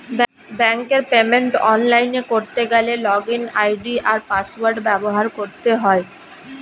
ব্যাঙ্কের পেমেন্ট অনলাইনে করতে গেলে লগইন আই.ডি আর পাসওয়ার্ড ব্যবহার করতে হয়